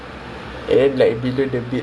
oh my god